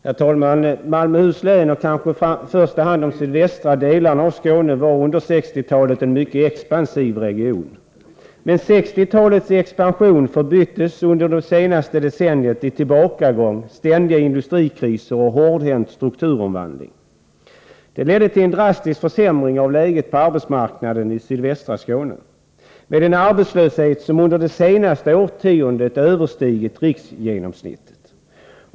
Herr talman! Malmöhus län och kanske i första hand de sydvästra delarna av Skåne var under 1960-talet en mycket expansiv region. Men 1960-talets expansion förbyttes under det senaste decenniet i tillbakagång, ständiga industrikriser och hårdhänt strukturomvandling. Detta ledde till en drastisk försämring av läget på arbetsmarknaden i sydvästra Skåne, med en arbetslöshet som under det senaste årtiondet överstigit riksgenomsnittet.